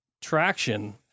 traction